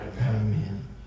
Amen